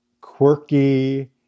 quirky